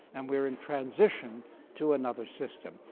and we are in transition to another system.